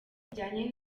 bijyanye